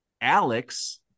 Alex